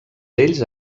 ells